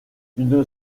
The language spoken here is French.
une